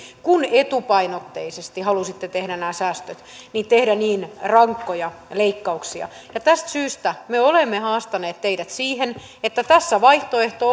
kun etupainotteisesti halusitte tehdä nämä säästöt tekemään niin rankkoja leikkauksia tästä syystä me olemme haastaneet teidät niin että tässä vaihtoehto